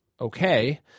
okay